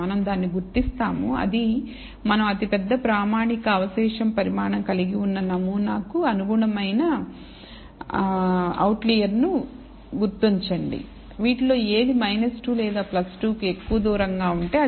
మనం దాన్ని గుర్తిస్తాము అది మనం అతి పెద్ద ప్రామాణిక అవశేష పరిమాణం కలిగి ఉన్న నమూనా కు అనుగుణమైన అవుట్లియర్ను గుర్తించండి వీటిలో ఏది 2 లేదా 2 కు ఎక్కువ దూరంగా ఉంటే అది